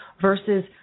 versus